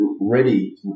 ready